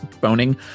boning